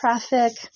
traffic